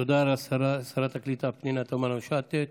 תודה לשרת הקליטה פנינה תמנו שטה.